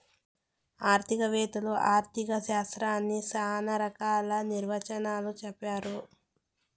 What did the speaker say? ఆర్థిక వేత్తలు ఆర్ధిక శాస్త్రాన్ని శ్యానా రకాల నిర్వచనాలు చెప్పారు